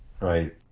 Right